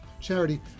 charity